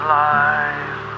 life